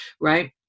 right